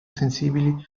sensibili